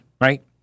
right